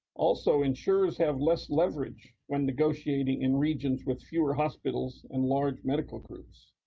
also, insurers have less leverage when negotiating in regions with fewer hospitals and large medical groups.